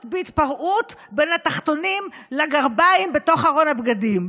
בהתפרעות בין התחתונים לגרביים בתוך ארון הבגדים,